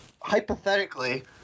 hypothetically